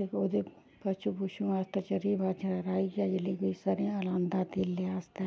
ओह्दे पशु पुशएं आस्तै चर्री बाजरा राह्इयै सरेआं रांह्दा तेलें आस्तै